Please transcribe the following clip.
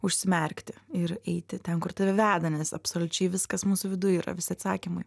užsimerkti ir eiti ten kur tave veda nes absoliučiai viskas mūsų viduj yra visi atsakymai